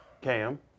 Cam